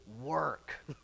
work